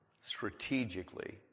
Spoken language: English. strategically